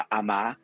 ama